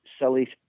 silly